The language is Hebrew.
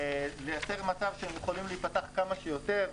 לייצר מצב שהם יכולים להיפתח כמה שיותר.